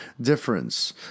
difference